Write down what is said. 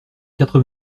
quatre